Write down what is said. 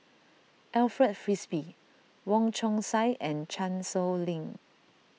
Alfred Frisby Wong Chong Sai and Chan Sow Lin